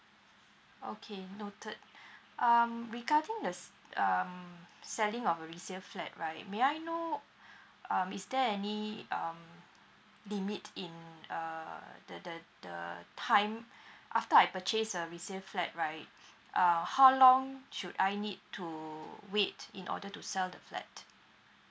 okay noted um regarding the s~ um selling of a resale flat right may I know um is there any um limit in uh the the the time after I purchase a resale flat right uh how long should I need to wait in order to sell the flat